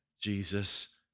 Jesus